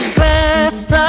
best